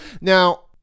Now